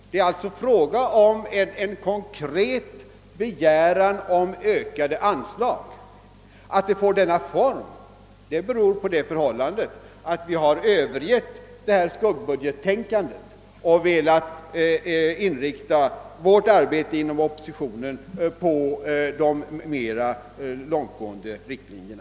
Det är alltså fråga om en konkret begäran om ökade anslag. Att det fått denna form beror på att vi har övergett skuggbudgettänkandet och velat inrikta vårt arbete inom oppositionen på de mera långtgående riktlinjerna.